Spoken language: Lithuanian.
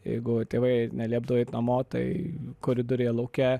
jeigu tėvai neliepdavo eit namo tai koridoriuje lauke